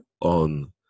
on